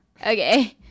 okay